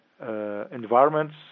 environments